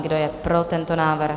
Kdo je pro tento návrh?